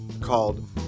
called